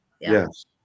Yes